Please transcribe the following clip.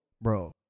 Bro